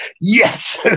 yes